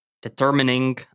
determining